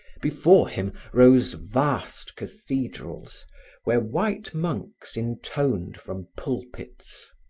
before him rose vast cathedrals where white monks intoned from pulpits.